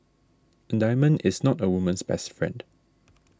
a diamond is not a woman's best friend